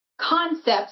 concepts